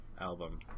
album